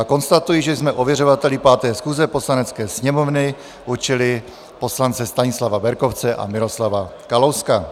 Konstatuji, že jsme ověřovateli 5. schůze Poslanecké sněmovny určili poslance Stanislava Berkovce a Miroslava Kalouska.